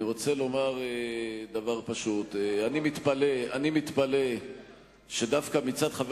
אני רוצה לומר דבר פשוט: אני מתפלא שדווקא מצד חבר